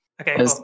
Okay